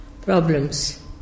problems